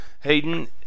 Hayden